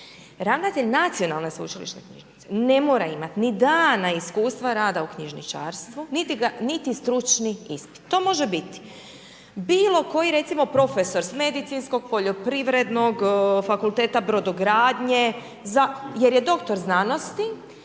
Ravnatelj Nacionalne sveučilišne knjižnice ne mora imati ni dana iskustva rada u knjižničarstvu, niti stručni ispit. To može biti koji, recimo, profesor s medicinskog, poljoprivrednog, Fakulteta brodogradnje za, jer je doktor znanosti,